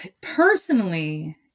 personally